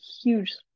huge